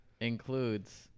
includes